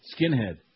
Skinhead